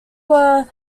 were